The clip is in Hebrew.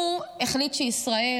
הוא החליט שישראל